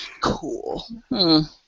Cool